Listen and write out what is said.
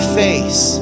face